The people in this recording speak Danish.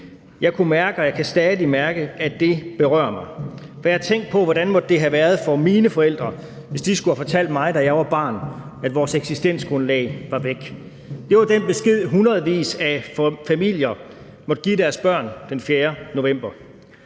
Jeg kunne mærke og jeg kan stadig mærke, at det berører mig, for jeg har tænkt på: Hvordan måtte det have været for mine forældre, hvis de skulle have fortalt mig, da jeg var barn, at vores eksistensgrundlag var væk? Det var den besked, hundredvis af familier måtte give deres børn den 4. november.